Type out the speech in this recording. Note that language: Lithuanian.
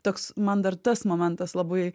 toks man dar tas momentas labai